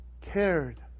Cared